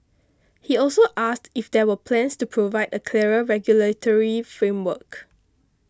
he also asked if there were plans to provide a clearer regulatory framework